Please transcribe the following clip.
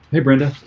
hey, brenda.